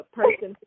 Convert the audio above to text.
person